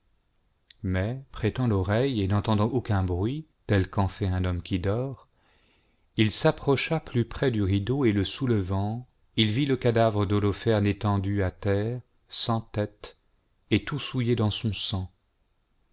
mais prêtant l'oreille et n'entendant aucun bruit tel qu'en fait un homme qui dort il s'approcha plus près du rideau et le soulevant il vit le cadavre d'holoferne étendu à terre sans tête et tout souillé de sou sang